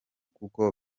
kuko